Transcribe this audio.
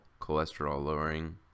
cholesterol-lowering